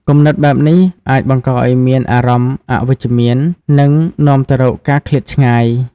គំនិតបែបនេះអាចបង្កឱ្យមានអារម្មណ៍អវិជ្ជមាន និងនាំទៅរកការឃ្លាតឆ្ងាយ។